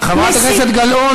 חברת הכנסת גלאון,